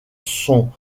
sont